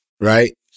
right